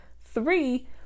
Three